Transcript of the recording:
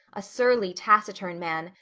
a surly, taciturn man,